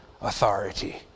authority